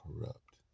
corrupt